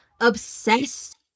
obsessed